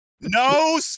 No